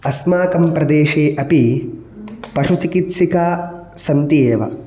अस्माकम् प्रदेशे अपि पशुचिकित्सिकाः सन्ति एव